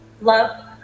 Love